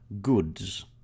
goods